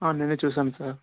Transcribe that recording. నిన్న చూసాం సార్